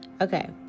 Okay